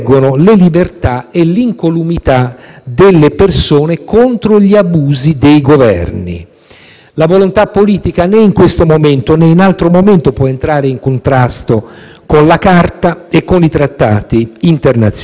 La volontà politica, né in questo momento, né in altro, può entrare in contrasto con la Carta e con i trattati internazionali e l'indirizzo politico - è evidente - deve sottostare al principio di legalità,